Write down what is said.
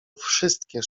wszystkie